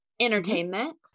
entertainment